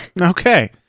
okay